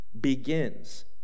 begins